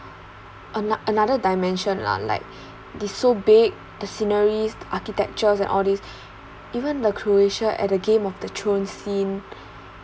ano~ another dimension lah like they so big the sceneries architectures and all these even the croatia at a game of the truancy